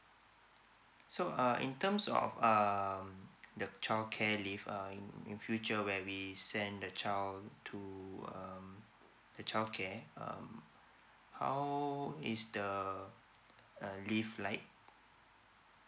so err in terms of um the childcare leave um in future where we send the child to um the childcare um how is the leave like